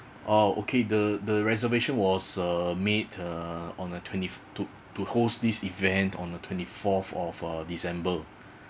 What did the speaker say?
oh okay the the reservation was uh made uh on uh twentieth to to host this event on the twenty fourth of uh december